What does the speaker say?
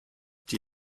die